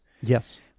Yes